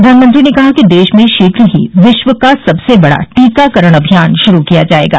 प्रधानमंत्री ने कहा कि देश में शीघ्र ही विश्व का सबसे बड़ा टीकाकरण अभियान श्रू किया जायेगा